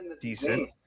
decent